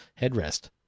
headrest